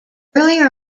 earlier